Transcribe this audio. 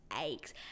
aches